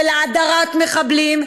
של האדרת מחבלים,